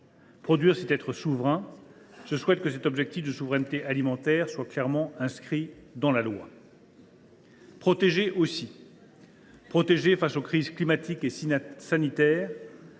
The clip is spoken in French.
Produire, c’est être souverain. Aussi, je souhaite que cet objectif de souveraineté alimentaire soit clairement inscrit dans la loi. « Il s’agit également de protéger. Face aux crises climatiques et sanitaires,